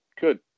Good